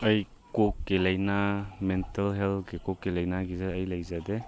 ꯑꯩ ꯀꯣꯛꯀꯤ ꯂꯩꯅꯥ ꯃꯦꯟꯇꯦꯜ ꯍꯦꯜꯊꯀꯤ ꯀꯣꯛꯀꯤ ꯂꯩꯅꯥꯒꯤꯁꯦ ꯑꯩ ꯂꯩꯖꯗꯦ